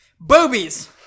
Boobies